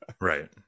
Right